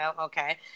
okay